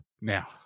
Now